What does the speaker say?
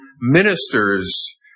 ministers